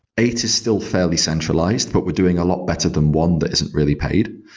eight is still fairly centralized, but we're doing a lot better than one that isn't really paid.